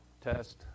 Test